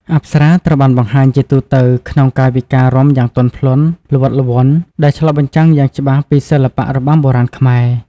អប្សរា ត្រូវបានបង្ហាញជាទូទៅក្នុង កាយវិការរាំយ៉ាងទន់ភ្លន់ ល្វត់ល្វន់ ដែលឆ្លុះបញ្ចាំងយ៉ាងច្បាស់ពីសិល្បៈរបាំបុរាណខ្មែរ។